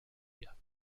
wir